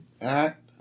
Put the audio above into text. Act